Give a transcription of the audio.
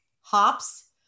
hops